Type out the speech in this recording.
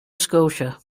scotia